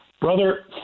Brother